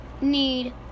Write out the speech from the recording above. need